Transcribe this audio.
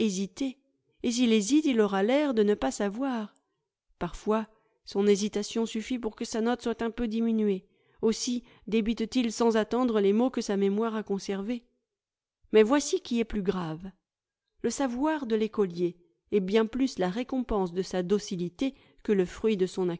et s'il hésite il aura l'air de ne pas savoir parfois son hésitation suffit pour que sa note soit un peu diminuée aussi débite t il sans attendre les mots que sa mémoire a conservés mais voici qui est plus grave le savoir de l'écolier est bien plus la récompense de sa docihté que le fruit de son